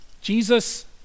Jesus